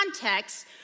context